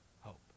hope